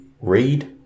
read